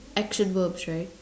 action verbs right